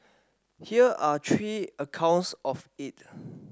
here are three accounts of it